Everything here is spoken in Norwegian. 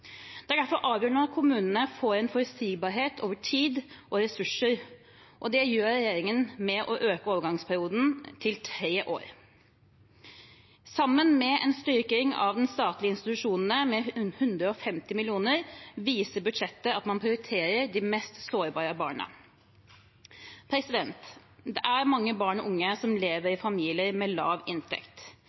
Det er derfor avgjørende at kommunene får forutsigbarhet over tid og ressurser. Det sørger regjeringen for ved å øke overgangsperioden til tre år. Sammen med en styrking av de statlige institusjonene på 150 mill. kr viser budsjettet at man prioriterer de mest sårbare barna. Det er mange barn og unge som lever i familier med lav inntekt.